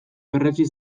berretsi